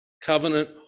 covenant